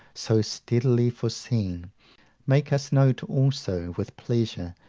so steadily foreseen make us note also, with pleasure,